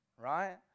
right